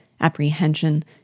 apprehension